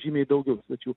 žymiai daugiau svečių